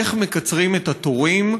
איך מקצרים את התורים,